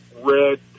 red